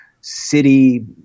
city